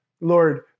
Lord